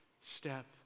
step